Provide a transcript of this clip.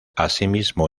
asimismo